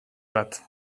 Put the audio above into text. bat